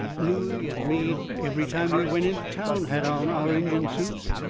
looey and me, every time we went into town, had on our injun suits,